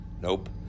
Nope